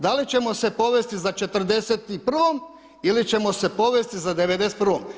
Da li ćemo se povesti za '41. ili ćemo se povesti za '91.